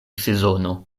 sezono